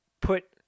put